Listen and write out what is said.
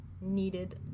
Needed